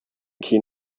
keen